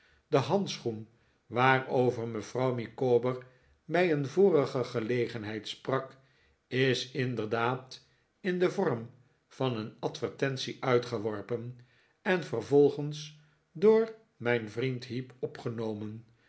de handschoen waarover mevrouw micawber bij een vorige gelegenheid sprak is inderdaad in den vorm van een advertentie uitgeworpen en vervolgens door mijn vriend heep opgenomen